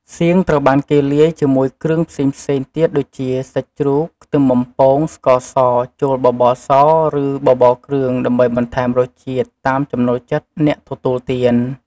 សៀងត្រូវបានគេលាយជាមួយគ្រឿងផ្សេងៗទៀតដូចជា សាច់ជ្រូក ខ្ទឹមបំពង ស្ករស ចូលបបរស ឬ បបរគ្រឿងដើម្បីបន្ថែមរសជាតិ តាមចំណូលចិត្តអ្នកទទួលទាន។